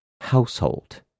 household